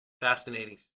fascinating